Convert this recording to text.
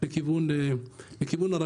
בדיון הזה אנחנו מפספסים.